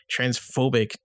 transphobic